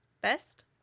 Best